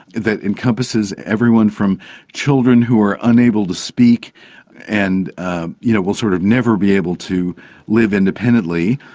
that encompasses everyone from children who are unable to speak and ah you know will sort of never be able to live independently,